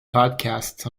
podcasts